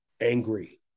angry